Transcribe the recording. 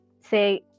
say